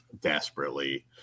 desperately